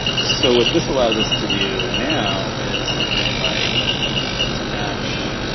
so what this allows us to do now is something like let's match